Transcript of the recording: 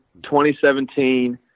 2017